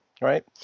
right